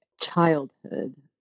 childhood